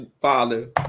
father